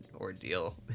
ordeal